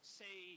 say